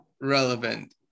relevant